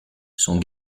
sont